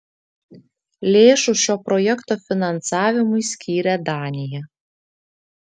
lėšų šio projekto finansavimui skyrė danija